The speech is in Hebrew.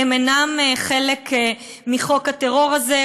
הם אינם חלק מחוק הטרור הזה,